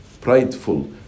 prideful